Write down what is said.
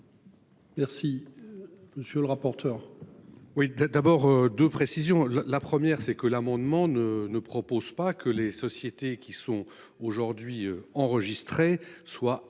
Merci. Monsieur le rapporteur.